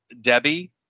Debbie